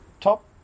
top